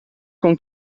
con